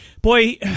Boy